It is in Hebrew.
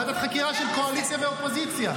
ועדת חקירה של קואליציה ואופוזיציה?